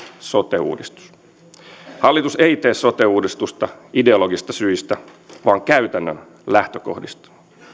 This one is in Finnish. sote uudistus hallitus ei tee sote uudistusta ideologisista syistä vaan käytännön lähtökohdista